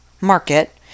Market